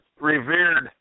revered